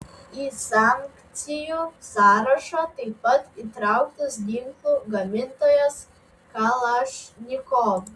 į sankcijų sąrašą taip pat įtrauktas ginklų gamintojas kalašnikov